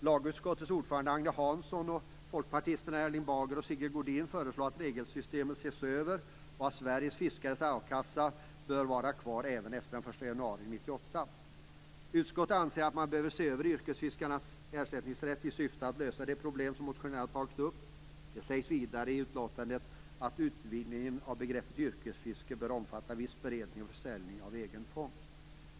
Lagutskottets ordförande Agne Godin föreslår att regelsystemet bör ses över och att Sveriges fiskares arbetslöshetskassa bör vara kvar även efter den 1 januari 1998. Utskottet anser att man behöver se över yrkesfiskarnas ersättningsrätt i syfte att lösa de problem som motionärerna har tagit upp. Det sägs vidare i utskottsutlåtandet att utvidgning av begreppet yrkesfiske bör omfatta viss beredning och försäljning av egen fångst.